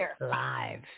Live